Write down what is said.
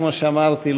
כמו שאמרתי,